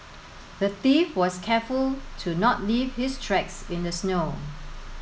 the thief was careful to not leave his tracks in the snow